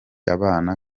abana